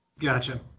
Gotcha